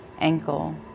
ankle